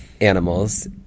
animals